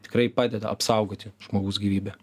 tikrai padeda apsaugoti žmogaus gyvybę